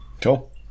Cool